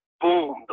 boom